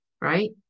right